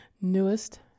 newest